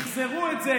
ומחזרו את זה,